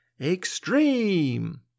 extreme